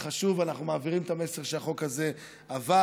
זה חשוב, אנחנו מעבירים את המסר שהחוק הזה עבר.